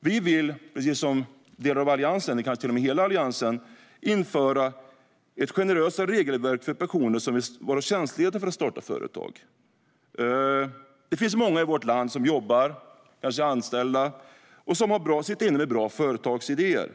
Vi vill, precis som delar av eller kanske till och med hela Alliansen, införa ett generösare regelverk för personer som vill vara tjänstlediga för att starta företag. Det finns många i vårt land som är anställda och som sitter inne med bra företagsidéer.